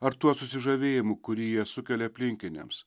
ar tuo susižavėjimu kurį jie sukelia aplinkiniams